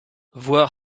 voir